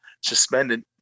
suspended